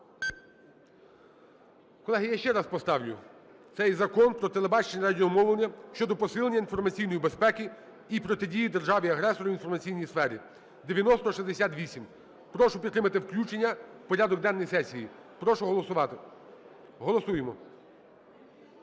Колеги, я ще раз поставлю цей Закон "Про телебачення і радіомовлення" щодо посилення інформаційної безпеки і протидії державі-агресору в інформаційній сфері (9068). Прошу підтримати включення в порядок денний сесії. Прошу голосувати. Голосуємо.